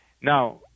Now